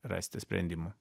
rasti sprendimą